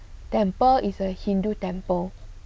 temple is a hindu temple